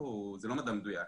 מדע מדויק.